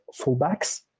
fullbacks